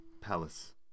palace